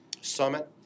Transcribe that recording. summit